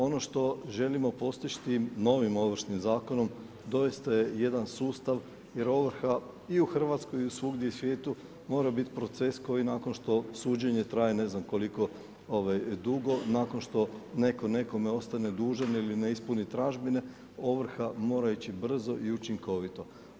Ono što želimo postići tim novim Ovršnim zakonom doista je jedan sustav, jer ovrha i u Hrvatskoj i svugdje u svijetu mora biti proces koji nakon što suđenje traje ne znam koliko dugo, nakon što netko nekome ostane dužan ili ne ispuni tražbine ovrha mora ići brzo i učinkovito.